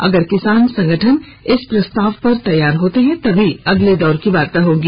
अगर किसान संगठन इस प्रस्ताव पर तैयार होते हैं तभी अगले दौर की वार्ता होगी